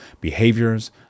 behaviors